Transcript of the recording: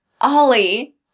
Ollie